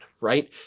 right